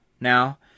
now